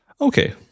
okay